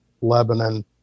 Lebanon